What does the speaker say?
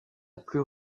plus